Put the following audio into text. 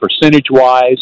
percentage-wise